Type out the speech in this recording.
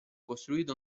costruito